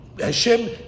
Hashem